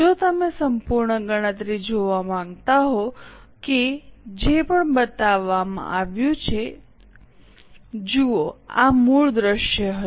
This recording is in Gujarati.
જો તમે સંપૂર્ણ ગણતરી જોવા માંગતા હો કે જે પણ બતાવવામાં આવ્યું છે જુઓ આ મૂળ દૃશ્ય હતું